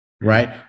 right